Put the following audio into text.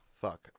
Fuck